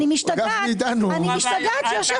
כי אני רואה שהם קצת יותר בקטע של לשתף